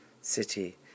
city